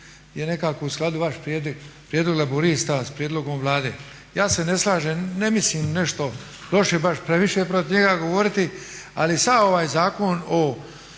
je nekako u skladu vaš prijedlog Laburista s prijedlogom Vlade. Ja se ne slažem, ne mislim nešto loše baš previše protiv njega govoriti. Ali sav ovaj Zakon o